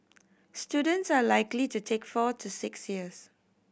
students are likely to take four to six years